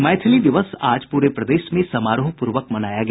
मैथिली दिवस आज पूरे प्रदेश में समारोह पूर्वक मनाया गया